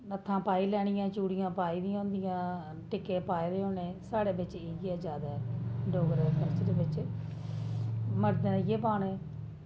नत्थां पाई लैनियां चूड़ियां पाई दियां होंदियां टिक्के पाए दे होने साढ़े बिच इ'यै जादै डोगरा कल्चर बिच मर्दें इ'यै पाने